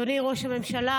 אדוני ראש הממשלה,